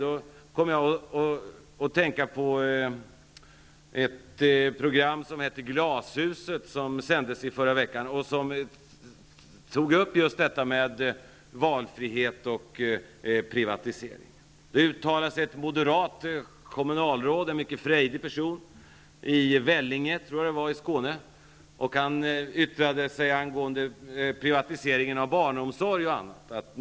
Jag kommer att tänka på ett program som heter Glashuset, som sändes i förra veckan. Där togs detta med valfrihet och privatisering upp. Ett moderat kommunalråd uttalade sig, en mycket frejdig person, från Vellinge i Skåne, tror jag. Han yttrade sig angående privatisering av bl.a. barnomsorg.